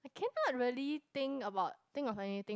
I cannot really think about think of anything